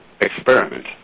experiment